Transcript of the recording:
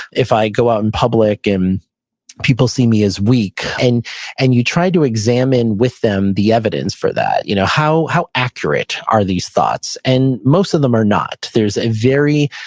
if i go out in public and people see me as weak. and and you try to examine with them the evidence for that. you know that. how accurate are these thoughts? and most of them are not. there's a very,